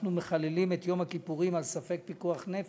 אנחנו מחללים את יום הכיפורים על ספק פיקוח נפש.